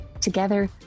Together